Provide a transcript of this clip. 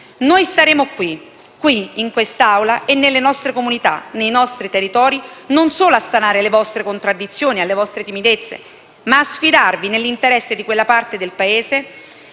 Noi staremo qui, in quest'Aula e nelle nostre comunità, nei nostri territori, non solo a stanare le vostre contraddizioni e le vostre timidezze, ma anche a sfidarvi nell'interesse di quella parte del Paese